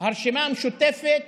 הרשימה המשותפת